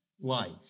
life